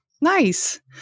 Nice